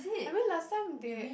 I mean last time they